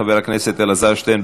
חבר הכנסת אלעזר שטרן,